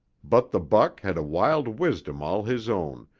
but the buck had a wild wisdom all his own,